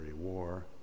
war